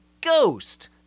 ghost